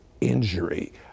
injury